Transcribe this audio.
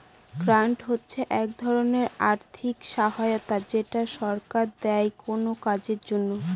grant হচ্ছে এক ধরনের আর্থিক সহায়তা যেটা সরকার দেয় কোনো কাজের জন্য